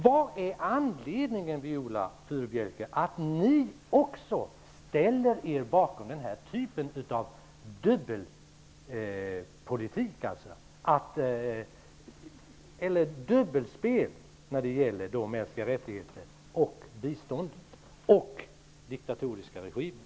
Vilken är anledningen, Viola Furubjelke, till att ni också ställer er bakom den här typen av dubbelspel när det gäller mänskliga rättigheter, bistånd och diktatoriska regimer?